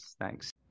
Thanks